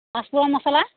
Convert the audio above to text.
পাচফোৰণ মচলা